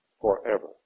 forever